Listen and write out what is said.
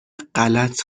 غلط